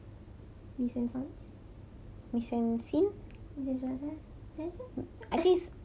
mise en scene mise en scene